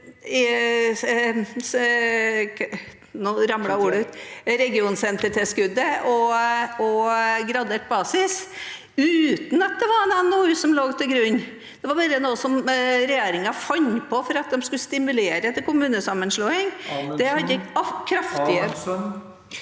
regionsentertilskuddet og gradert basis, uten at det var en NOU som lå til grunn. Det var bare noe som regjeringen fant på fordi de skulle stimulere til kommunesammenslåing.